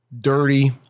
dirty